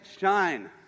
shine